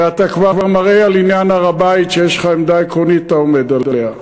ואתה כבר מראה על עניין הר-הבית שיש לך עמדה עקרונית ואתה עומד עליה,